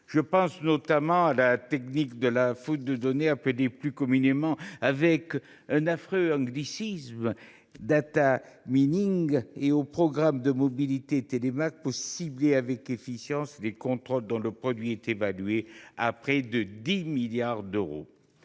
Je pense notamment à la technique de la fouille de données que l’on nomme plus communément – utilisant un affreux anglicisme –, et au programme de mobilité Télémac pour cibler avec efficience les contrôles, dont le produit est évalué à près de 10 milliards d’euros.